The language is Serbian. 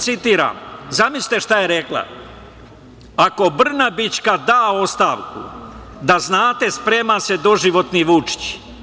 Citiram, zamislite šta je rekla -- „Ako Brnabićka da ostavku, da znate sprema se doživotni Vučić.